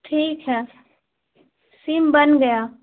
ٹھیک ہے سیم بن گیا